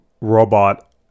robot